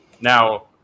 Now